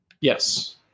Yes